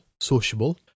sociable